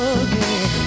again